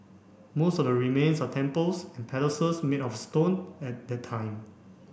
most of the remains are temples and palaces made of stone at that time